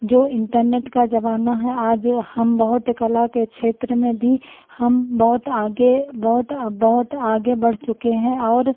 जो इन्टरनेट का ज़माना है आज हम बहुत कला के क्षेत्र में भी हम बहुत आगे बहुत बहुत आगे बढ़ चुके हैं और